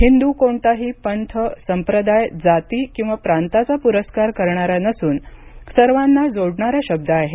हिंदू कोणताही पंथ संप्रदाय जाती किंवा प्रांताचा पुरस्कार करणारा नसून सर्वांना जोडणारा शब्द आहे